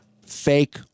Fake